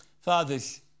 Fathers